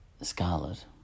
Scarlet